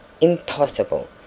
impossible